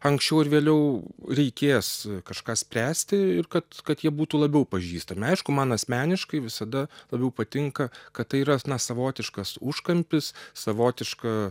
anksčiau ar vėliau reikės kažką spręsti ir kad kad jie būtų labiau pažįstami aišku man asmeniškai visada labiau patinka kad tai yra na savotiškas užkampis savotiška